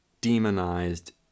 demonized